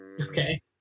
Okay